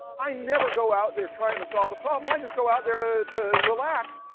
i never go out there trying to solve the problem. i just go out there to to relax.